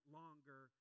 longer